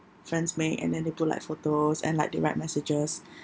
friends make and then they put like photos and like they write messages